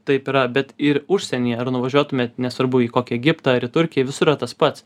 taip yra bet ir užsienyje ar nuvažiuotumėt nesvarbu į kokį egiptą ar į turkiją visur yra tas pats